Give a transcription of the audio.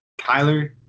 Kyler